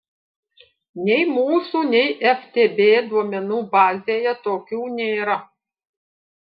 nei mūsų nei ftb duomenų bazėje tokių nėra